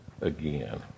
again